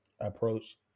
approach